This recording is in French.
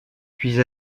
puis